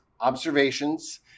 observations